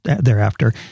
thereafter